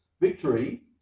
victory